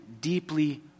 deeply